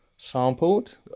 sampled